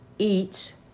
eats